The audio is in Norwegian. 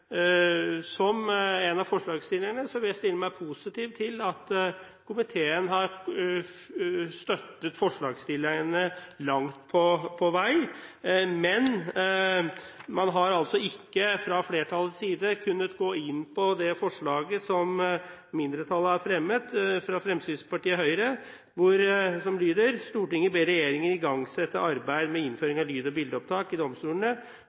som en av forslagsstillerne vil jeg stille meg positiv til at komiteen har støttet forslagsstillerne langt på vei, men man har altså ikke fra flertallets side kunnet gå inn for det forslaget som mindretallet, Fremskrittspartiet og Høyre, har fremmet, og som lyder: «Stortinget ber regjeringen igangsette arbeid med innføring av lyd- og bildeopptak i domstolene